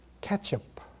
ketchup